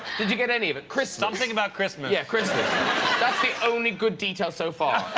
did you get any of it chris something about christmas yeah christmas that's the only good detail so far